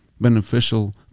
beneficial